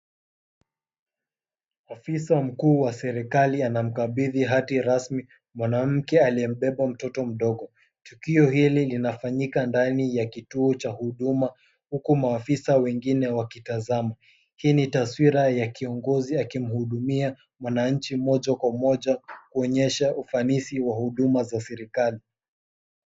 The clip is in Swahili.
Afisa mkuu wa serikali anamkabidhi hati rasmi mwanamke aliyembeba mtoto mdogo. Tukio hili linafanyika ndani ya kituo cha huduma, huku maofisa wengine wakitazama. Hii ni taswira ya kiongozi akimhudumia mwananchi moja kwa moja, kuonyesha ufanisi wa huduma za serikali.